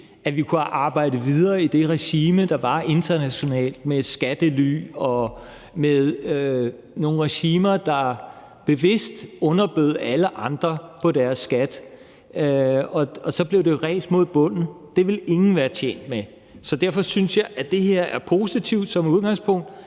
at vi kunne have arbejdet videre i det regime, det var internationalt med skattely og med nogle regimer, der bevidst underbød alle andre på deres skat, og det jo så blev et ræs mod bunden. Det ville ingen være tjent med, så derfor synes jeg som udgangspunkt,